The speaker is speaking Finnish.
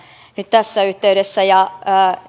nyt tässä yhteydessä